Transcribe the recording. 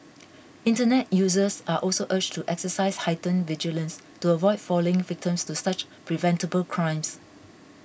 internet users are also urged to exercise heightened vigilance to avoid falling victims to such preventable crimes